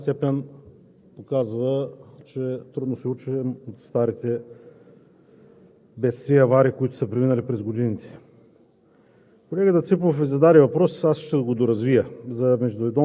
не бяха възприети и сега случилото се до голяма степен показва, че трудно се учим от старите бедствия и аварии, които са преминали през годините.